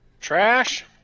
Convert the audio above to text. Trash